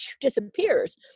disappears